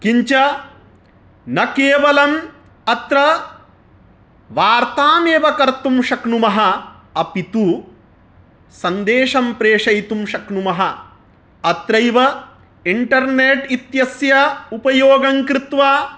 किञ्च न केवलम् अत्र वार्तामेव कर्तुं शक्नुमः अपि तु सन्देशं प्रेषयितुं शक्नुमः अत्रैव इण्टर्नेट् इत्यस्य उपयोगं कृत्वा